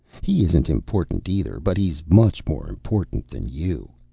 he isn't important either, but he's much more important than you.